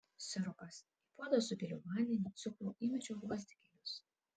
sirupas į puodą supyliau vandenį cukrų įmečiau gvazdikėlius